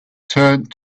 turned